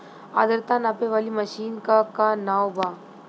आद्रता नापे वाली मशीन क का नाव बा?